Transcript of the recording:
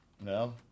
No